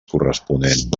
corresponent